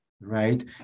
right